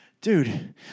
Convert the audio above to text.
Dude